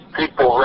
people